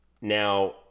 Now